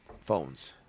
phones